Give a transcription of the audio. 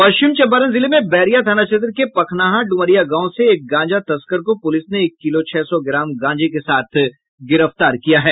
पश्चिम चम्पारण जिले में बैरिया थाना क्षेत्र के पखनाहा ड्मरिया गांव से एक गाजा तस्कर को पुलिस ने एक किलो छह सौ ग्राम गांजे के साथ गिरफ्तार किया है